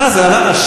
עד